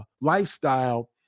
lifestyle